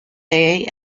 day